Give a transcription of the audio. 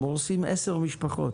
הם הורסים עשר משפחות.